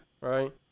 right